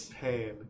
pain